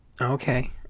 Okay